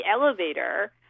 elevator